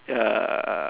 uh